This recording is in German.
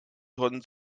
tonnen